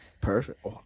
Perfect